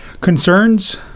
concerns